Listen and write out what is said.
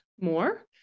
more